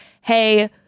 hey